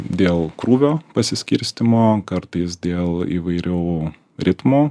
dėl krūvio pasiskirstymo kartais dėl įvairių ritmo